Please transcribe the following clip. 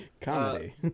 Comedy